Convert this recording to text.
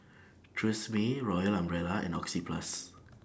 Tresemme Royal Umbrella and Oxyplus